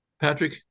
Patrick